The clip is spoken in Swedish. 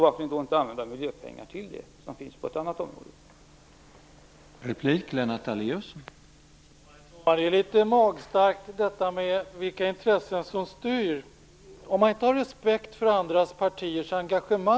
Varför då inte använda miljöpengar, som finns på ett annat område, till detta?